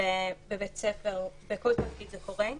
ובבתי ספר, בכל תפקיד זה קורה,